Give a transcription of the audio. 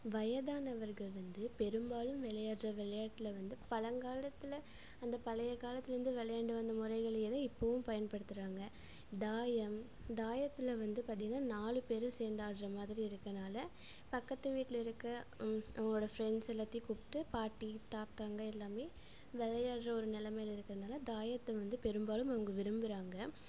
வயதானவர்கள் வந்து பெரும்பாலும் விளையாட்ற விளையாட்ல வந்து பழங்காலத்தில் அந்த பழைய காலத்திலேருந்து விளையாண்டு வந்த முறைகளையே தான் இப்போதும் பயன்படுத்துகிறாங்க தாயம் தாயத்தில் வந்து பார்த்தீங்கன்னா நாலு பேர் சேர்ந்து ஆடுற மாதிரி இருக்கிறதுனால பக்கத்து வீட்டில் இருக்க அவங்களோட ஃப்ரெண்ட்ஸ் எல்லாத்தையும் கூப்பிட்டு பாட்டி தாத்தாங்க எல்லாம் விளையாட்ற ஒரு நிலமையில இருக்கிறதுனால தாயத்தை வந்து பெரும்பாலும் அவங்க விரும்புகிறாங்க